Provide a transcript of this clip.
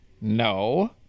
No